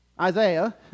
Isaiah